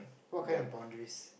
what kind of boundaries